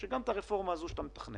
שגם את הרפורמה הזאת שאתה מתכנן,